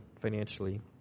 financially